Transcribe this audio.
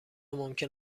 ممکن